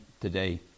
today